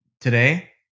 Today